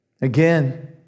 Again